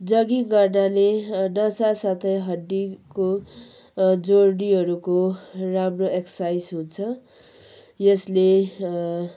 jogging गर्नाले नसा साथै हड्डीको जोड्नीहरूको राम्रो एक्सर्साइज हुन्छ यसले